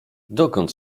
dokąd